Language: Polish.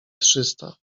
trzysta